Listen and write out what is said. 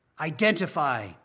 Identify